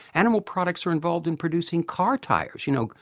animal products are involved in producing car tyres. you know,